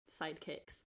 sidekicks